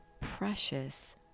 precious